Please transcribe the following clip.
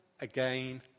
again